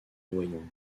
noyon